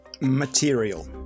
material